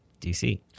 DC